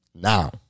Now